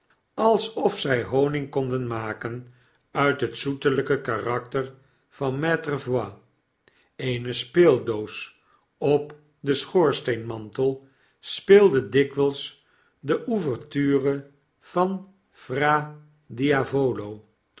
alsof zy honig konden maken uit het zoetelgke karakter vanmaitre voigt eene speeldoos op den schoorsteenmantel speelde dikwgls de ouverture van